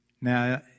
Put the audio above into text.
Now